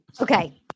okay